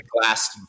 Last